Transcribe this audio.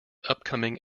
upcoming